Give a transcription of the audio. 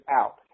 out